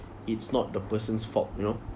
it's not the person's fault you know